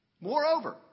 Moreover